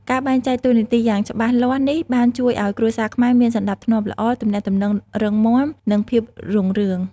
ការបែងចែកតួនាទីយ៉ាងច្បាស់លាស់នេះបានជួយឲ្យគ្រួសារខ្មែរមាន សណ្ដាប់ធ្នាប់ល្អ ទំនាក់ទំនងរឹងមាំ និងភាពរុងរឿង។